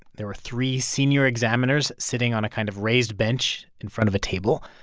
there were three senior examiners sitting on a kind of raised bench in front of a table.